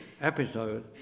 episode